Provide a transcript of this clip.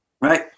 right